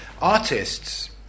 Artists